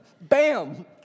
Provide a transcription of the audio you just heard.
Bam